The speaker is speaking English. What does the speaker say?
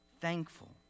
thankful